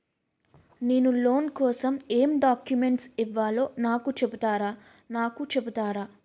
నేను లోన్ కోసం ఎం డాక్యుమెంట్స్ ఇవ్వాలో నాకు చెపుతారా నాకు చెపుతారా?